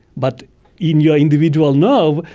but in your individual nerve,